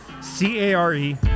C-A-R-E